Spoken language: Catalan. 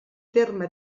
terme